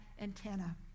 antenna